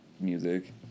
music